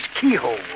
keyhole